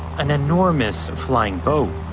an enormous flying boat.